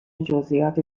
جزییات